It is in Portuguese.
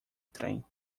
trem